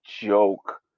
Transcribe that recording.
joke